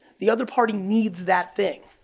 the other party needs that thing.